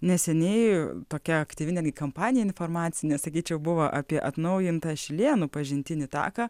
neseniai tokia aktyvi netgi kampanija informacinė sakyčiau buvo apie atnaujintą šilėnų pažintinį taką